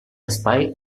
espai